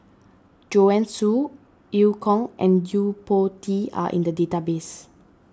Joanne Soo Eu Kong and Yo Po Tee are in the database